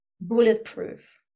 bulletproof